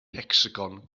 hecsagon